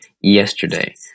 Yesterday